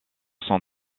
son